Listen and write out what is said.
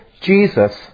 Jesus